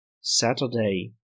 Saturday